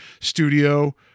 studio